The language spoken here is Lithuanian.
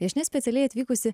viešnia specialiai atvykusi